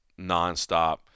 nonstop